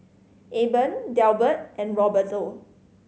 Eben Delbert and Roberto